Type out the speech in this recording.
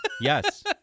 yes